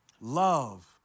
love